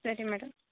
ಸರಿ ಮೇಡಮ್